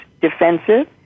defensive